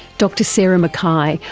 dr sarah mckay,